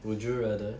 would you rather